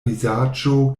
vizaĝo